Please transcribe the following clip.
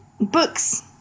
Books